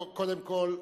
קודם כול,